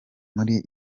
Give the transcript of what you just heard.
muri